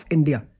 India